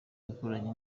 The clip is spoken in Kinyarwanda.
yakoranye